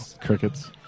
Crickets